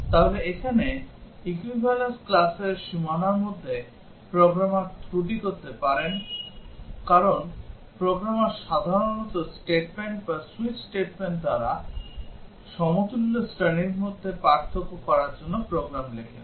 তাহলে এখানে equivalence classর সীমানার মধ্যে প্রোগ্রামার ত্রুটি করতে পারেন কারণ প্রোগ্রামার সাধারণত স্টেটমেন্ট বা সুইচ স্টেটমেন্ট দ্বারা আলাদা সমতুল্য শ্রেণীর মধ্যে পার্থক্য করার জন্য প্রোগ্রাম লেখেন